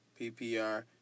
PPR